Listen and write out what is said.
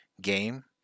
game